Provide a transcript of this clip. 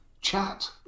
chat